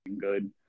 Good